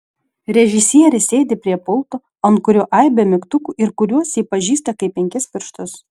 režisierė sėdi prie pulto ant kurio aibė mygtukų ir kuriuos ji pažįsta kaip penkis pirštus